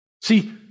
See